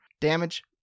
Damage